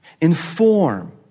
inform